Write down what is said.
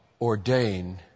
ordain